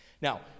Now